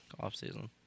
offseason